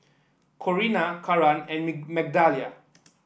Corrina Karan and Migdalia